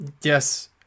Yes